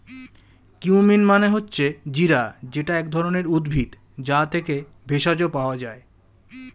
cumin মানে হচ্ছে জিরা যেটা এক ধরণের উদ্ভিদ, যা থেকে ভেষজ পাওয়া যায়